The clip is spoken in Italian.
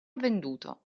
venduto